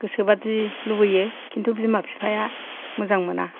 गोसोबादि लुबैयो किन्तु बिमा फिफाया मोजांमोना